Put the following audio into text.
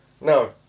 no